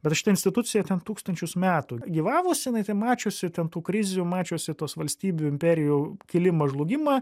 bet šita institucija ten tūkstančius metų gyvavusi jinai ten mačiusi ten tų krizių mačiusi tos valstybių imperijų kilimą žlugimą